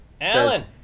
Alan